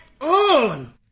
on